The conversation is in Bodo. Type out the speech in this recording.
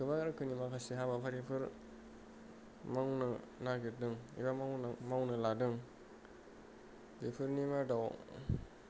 गोबां रोखोमनि माखासे हाबाफारिफोर मावनो नागिरदों एबा मावनो लादों बेफोरनि मादाव